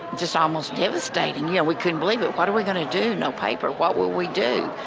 just almost devastating. you know, we couldn't believe it. what are we going to do? no paper. what will we do?